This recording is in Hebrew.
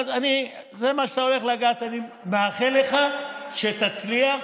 אני מאחל לך שתצליח,